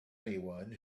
anyone